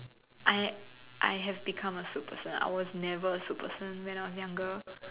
I I have become a soup person I was never a soup person when I was younger